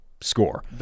score